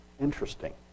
Interesting